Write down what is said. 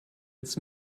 its